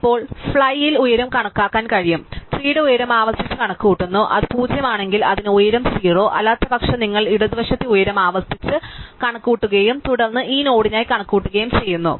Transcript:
ഇപ്പോൾ ഫ്ലൈയിൽ ഉയരം കണക്കാക്കാൻ കഴിയും ട്രീടെ ഉയരം ആവർത്തിച്ച് കണക്കുകൂട്ടുന്നു അത് പൂജ്യമാണെങ്കിൽ അതിന് ഉയരം 0 അല്ലാത്തപക്ഷം നിങ്ങൾ ഇടത് വശത്തെ ഉയരം ആവർത്തിച്ച് കണക്കുകൂട്ടുകയും തുടർന്ന് ഈ നോഡിനായി കണക്കുകൂട്ടുകയും ചെയ്യുന്നു